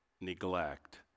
neglect